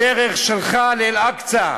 הדרך שלך לאל-אקצא,